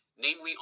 namely